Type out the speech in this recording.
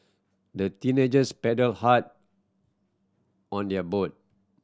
the teenagers paddled hard on their boat